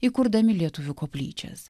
įkurdami lietuvių koplyčias